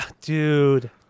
dude